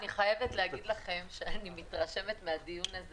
אני מתרשמת מהדיון הזה